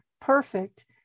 perfect